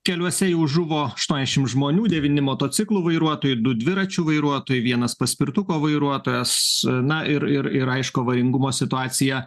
keliuose jau žuvo aštuonaisdešimt žmonių devyni motociklų vairuotojai du dviračių vairuotojai vienas paspirtuko vairuotojas na ir ir aišku avaringumo situaciją